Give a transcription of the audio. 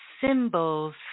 symbols